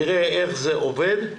נראה איך זה עובד,